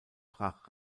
brach